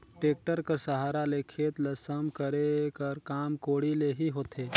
tractor कर सहारा ले खेत ल सम करे कर काम कोड़ी ले ही होथे